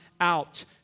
out